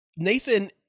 Nathan